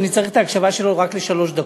אני צריך את ההקשבה שלו רק לשלוש דקות,